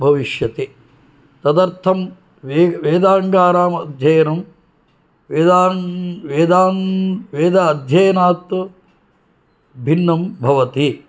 भविष्यति तदर्थं वेदाङ्गाणाम् अध्ययनं वेद अध्ययनात् भिन्नं भवति